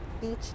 beach